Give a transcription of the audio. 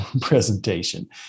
presentation